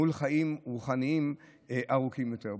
מול חיים רוחניים ארוכים יותר.